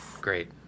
Great